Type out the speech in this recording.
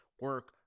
Work